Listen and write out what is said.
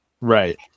right